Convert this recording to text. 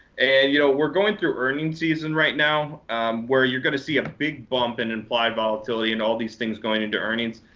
and you know we're going through earnings season right now where you're going to see a big bump in implied volatility and all these things going into earnings.